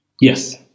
yes